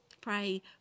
Pray